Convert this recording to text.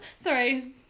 Sorry